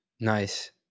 Nice